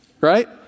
Right